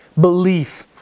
belief